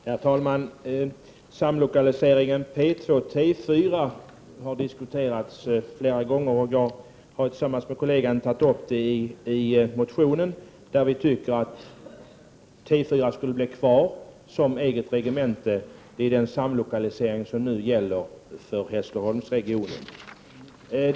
Herr talman! Samlokaliseringen P2 och T4 har diskuterats flera gånger. Bo Lundgren och jag har i vår motion föreslagit att T4 skall bli kvar som ett eget regemente vid den samlokalisering som nu gäller för Hässleholmsregionen.